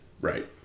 right